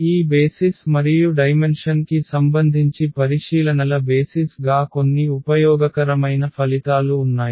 ఈ బేసిస్ మరియు డైమెన్షన్ కి సంబంధించి పరిశీలనల బేసిస్ గా కొన్ని ఉపయోగకరమైన ఫలితాలు ఉన్నాయి